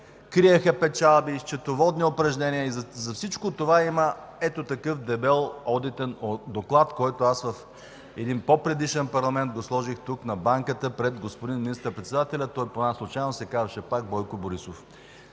криеха печалби, счетоводни упражнения. И за всичко това има ето такъв дебел Одитен доклад (показва с ръка), който аз в един по-предишен парламент го сложих тук на банката пред господин министър-председателя. По една случайност той се казваше пак Бойко Борисов.